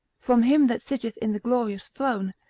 from him that sitteth in the glorious throne,